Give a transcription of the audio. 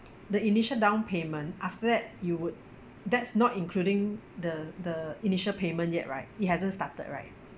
the initial down payment after that you would that's not including the the initial payment yet right it hasn't started right